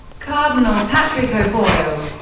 cardinal patrick o'boyle,